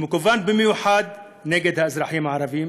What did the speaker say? שמכוון במיוחד נגד האזרחים הערבים